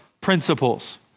principles